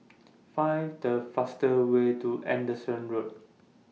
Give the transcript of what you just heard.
Find The fastest Way to Anderson Road